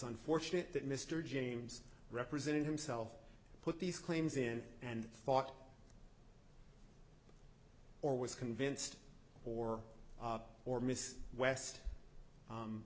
unfortunate that mr james representing himself put these claims in and thought or was convinced or or miss west